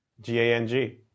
G-A-N-G